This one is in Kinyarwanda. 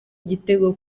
igitego